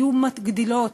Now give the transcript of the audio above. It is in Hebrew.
היו מגדילות